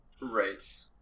right